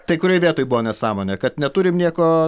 tai kurioj vietoj buvo nesąmonė kad neturim nieko